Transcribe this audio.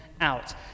out